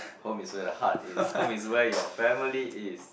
home is where the heart is home is where your family is